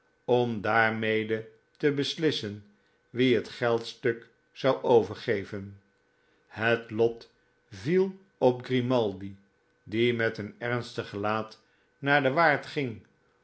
om daarmede te beslissen wie het geldstuk zou overgeven het lot viel op grimaldi die met een ernstig gelaat naar den waard ging